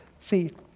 See